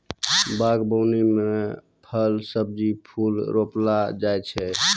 बागवानी मे फल, सब्जी, फूल रौपलो जाय छै